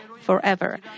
forever